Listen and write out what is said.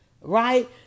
Right